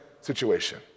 situation